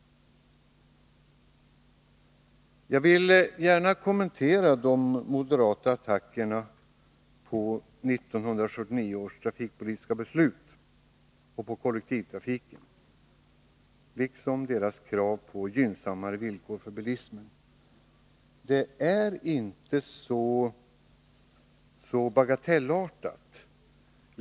Jag vill gärna kommentera de moderata attackerna på 1979 års trafikpolitiska beslut och på kollektivtrafiken liksom deras krav på gynnsammare villkor för bilismen. Det är inte så bagatellartat.